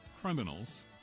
criminals